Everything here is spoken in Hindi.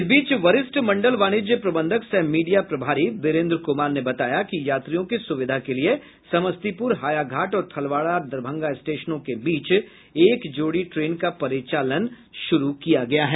इस बीच वरिष्ठ मंडल वाणिज्य प्रबंधक सह मीडिया प्रभारी बिरेन्द्र कुमार ने बताया कि यात्रियों की सुविधा के लिए समस्तीप्र हायाघाट और थलवाड़ा दरभंगा स्टेशनों के बीच एक जोड़ी ट्रेन का परिचालन शुरू किया गया है